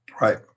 Right